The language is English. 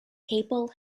papal